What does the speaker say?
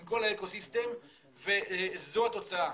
עם כל האקו-סיסטם וזאת התוצאה.